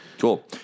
Cool